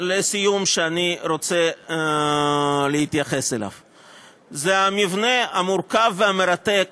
שאני רוצה להתייחס אליו לסיום זה המבנה המורכב והמרתק